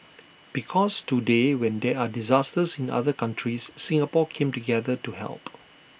because today when there are disasters in other countries Singapore came together to help